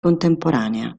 contemporanea